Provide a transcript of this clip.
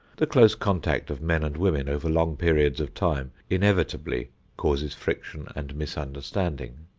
the close contact of men and women over long periods of time inevitably causes friction and misunderstanding.